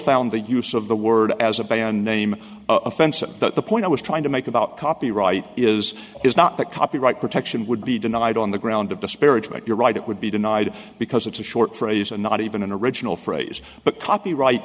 found the use of the word as a band name of fence and that the point i was trying to make about copyright is is not that copyright protection would be denied on the ground of disparagement you're right it would be denied because it's a short phrase and not even in the original phrase but copyright